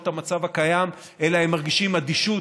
את המצב הקיים אלא הם מרגישים אדישות,